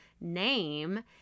name